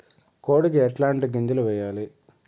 కోడికి ఎట్లాంటి గింజలు వేయాలి?